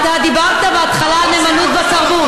אתה דיברת בהתחלה על נאמנות בתרבות.